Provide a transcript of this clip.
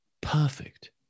perfect